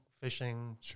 fishing